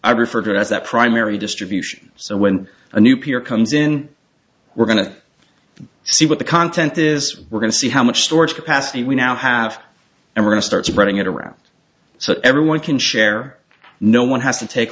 i refer to as that primary distribution so when a new peer comes in we're going to to see what the content is we're going to see how much storage capacity we now have and when to start spreading it around so everyone can share no one has to take